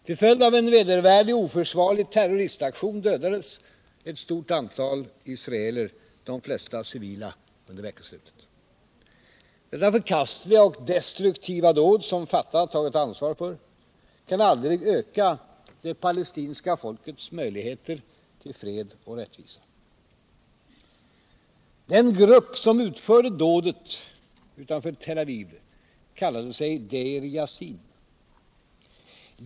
Till följd av en vedervärdig och oförsvarlig terroristaktion dödades ett stort antal israeler, de flesta civila, under veckoslutet. Detta förkastliga och destruktiva dåd, som Fatah tagit ansvar för, kan aldrig öka det palestinska folkets möjligheter till fred och rättvisa. Den grupp som utförde dådet utanför Tel Aviv i Israel kallade sig Deir Vassin.